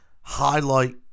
highlight